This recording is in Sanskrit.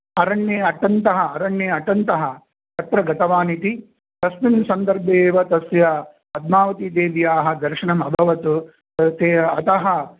अरण्ये अटन्तः अरण्ये अटन्तः तत्र गतवानिति तस्मिन् सन्दर्भे एव तस्य पद्मावती देव्याः दर्शनम् अभवत् तत् ते अतः